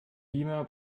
beamer